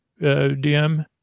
DM